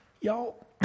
Y'all